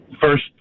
First